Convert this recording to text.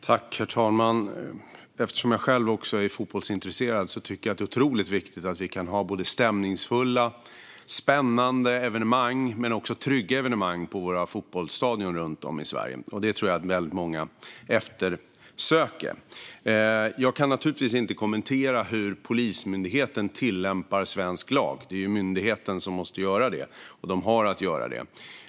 Herr talman! Eftersom jag själv är fotbollsintresserad tycker jag att det är otroligt viktigt att vi kan ha stämningsfulla, spännande evenemang men också trygga evenemang på våra fotbollstadion runt om i Sverige. Det tror jag att väldigt många eftersöker. Jag kan naturligtvis inte kommentera hur Polismyndigheten tillämpar svensk lag. Det är myndigheten som måste göra det och har att göra det.